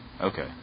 okay